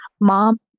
mom